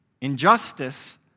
Injustice